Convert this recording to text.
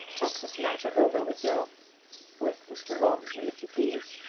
talk this matter over with your with mr. walmsley, if you please.